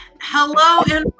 Hello